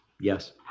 Yes